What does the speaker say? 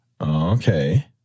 Okay